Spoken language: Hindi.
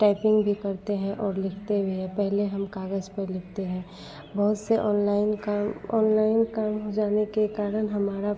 टइपिंग भी करते हैं और लिखते भी हैं पहेले हम कागज़ पर लिखते हैं बहुत से ऑनलाइन काम ऑनलाइन काम हो जाने के कारण हमारा